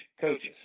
coaches